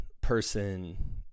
person